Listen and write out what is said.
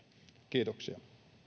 kiitoksia